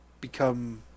become